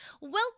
Welcome